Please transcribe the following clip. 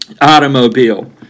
automobile